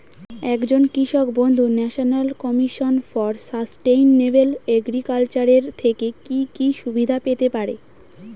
একজন কৃষক বন্ধু national commission for sustainable agriculture এর থেকে কি কি সুবিধা পেতে পারে?